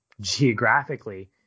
geographically